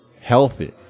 healthy